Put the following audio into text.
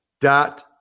dot